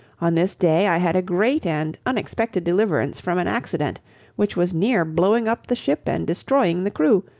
on this day i had a great and unexpected deliverance from an accident which was near blowing up the ship and destroying the crew,